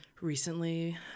recently